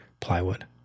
plywood